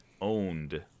owned